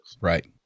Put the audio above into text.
Right